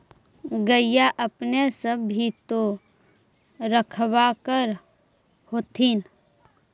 गईया अपने सब भी तो रखबा कर होत्थिन?